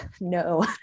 No